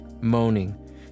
Moaning